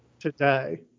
Today